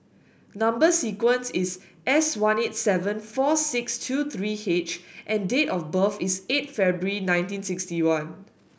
number sequence is S one eight seven four six two three H and date of birth is eight February nineteen sixty one